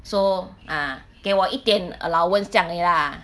so ah 给我一点 allowance 这样而已啦